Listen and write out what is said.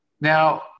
Now